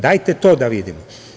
Dajte to da vidimo.